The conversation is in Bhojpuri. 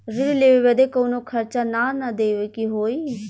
ऋण लेवे बदे कउनो खर्चा ना न देवे के होई?